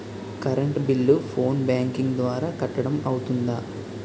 Current bill phone banking ద్వారా కట్టడం అవ్తుందా?